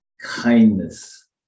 Kindness